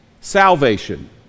salvation